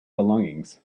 belongings